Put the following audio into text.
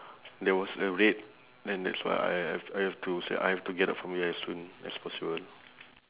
there was a raid then that's why I have I have to s~ I have to get out from here as soon as possible